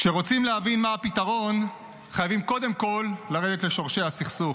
כשרוצים להבין מה הפתרון חייבים קודם כול לרדת לשורשי הסכסוך.